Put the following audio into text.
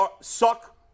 suck